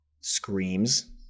screams